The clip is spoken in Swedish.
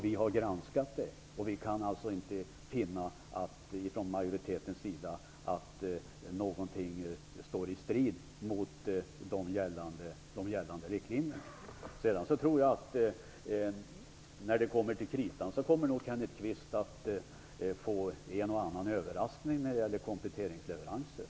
Vi har gjort en granskning och kan från majoritetens sida inte finna att något står i strid med de gällande riktlinjerna. När det kommer till kritan tror jag nog att Kenneth Kvist kommer att få en och annan överraskning när det gäller kompletteringsleveranser.